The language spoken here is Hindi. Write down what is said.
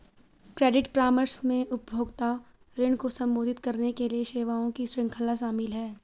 क्रेडिट परामर्श में उपभोक्ता ऋण को संबोधित करने के लिए सेवाओं की श्रृंखला शामिल है